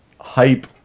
hype